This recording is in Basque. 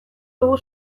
dugu